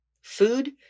food